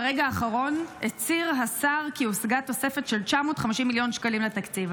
ברגע האחרון הצהיר השר כי הושגה תוספת של 950 מיליון שקלים לתקציב.